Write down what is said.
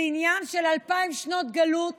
זה עניין של אלפיים שנות גלות